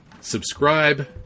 Subscribe